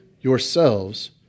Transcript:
yourselves